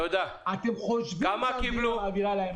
אתם חושבים שהמדינה מעבירה להם אשראי.